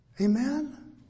Amen